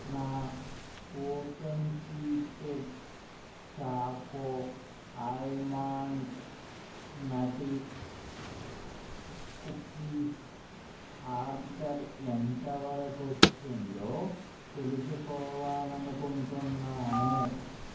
నా open secret choco almond nutty cookies order ఎంతవరకొచ్చిందో తెలుసుకోవాలనుకుంటున్నాను